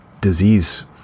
disease